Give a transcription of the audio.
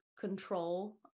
control